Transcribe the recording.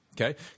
Okay